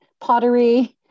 pottery